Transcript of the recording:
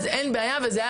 אז אין בעיה וזה היה